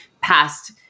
past